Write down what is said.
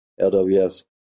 LWS